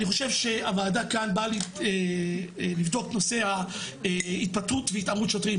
אני חושב שהוועדה כאן באה לבדוק את נושא ההתפטרות והתעמרות שוטרים.